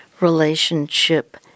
relationship